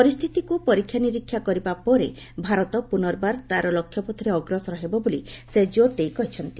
ପରିସ୍ଥିତିକୁ ପରୀକ୍ଷା ନିରୀକ୍ଷା କରିବା ପରେ ଭାରତ ପୁନର୍ବାର ତା'ର ଲକ୍ଷ୍ୟପଥରେ ଅଗ୍ରସର ହେବ ବୋଲି ସେ ଜୋର୍ ଦେଇ କହିଛନ୍ତି